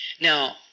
Now